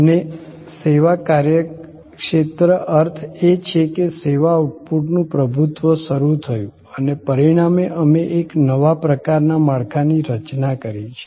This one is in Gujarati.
અને સેવા કાર્યક્ષેત્ર અર્થ એ છે કે સેવા આઉટપુટનું પ્રભુત્વ શરૂ થયું અને પરિણામે અમે એક નવા પ્રકારના માળખાની રચના કરી છે